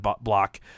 block